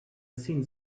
seen